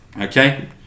okay